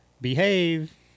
Behave